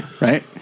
Right